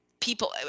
people